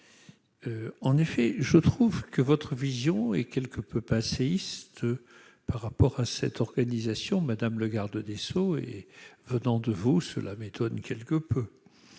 en effet, je trouve que votre vision est quelque peu passéiste par rapport à cette organisation, madame le Garde des Sceaux et venant de vous, cela m'étonne quelque peu